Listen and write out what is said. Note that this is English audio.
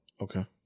Okay